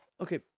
Okay